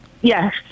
Yes